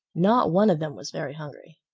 not one of them was very hungry.